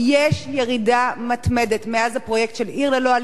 יש ירידה מתמדת מאז החל הפרויקט "עיר ללא אלימות"